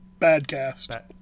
Badcast